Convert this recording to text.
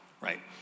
right